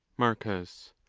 marcus.